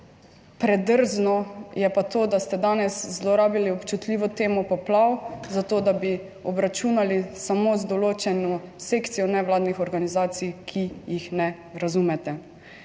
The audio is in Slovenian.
predrzno je pa to, da ste danes zlorabili občutljivo temo poplav zato, da bi obračunali samo z določeno sekcijo nevladnih organizacij, ki jih ne razumete.